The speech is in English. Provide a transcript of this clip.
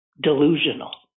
delusional